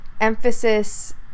emphasis